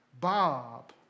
Bob